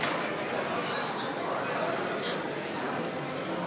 חברי הכנסת, לפני ההצבעה,